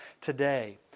today